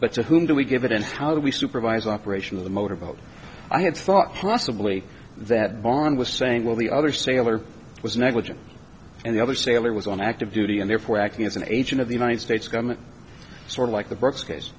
but to whom do we give it and how do we supervise operation of the motor boat i had thought possibly that boron was saying well the other sailor was negligent and the other sailor was on active duty and therefore acting as an agent of the united states government sorta like the brooks case